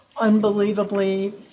unbelievably